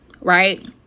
right